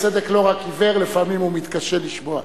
הצדק לא רק עיוור, לפעמים הוא גם מתקשה לשמוע.